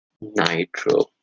nitro